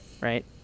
right